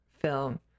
film